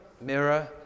mirror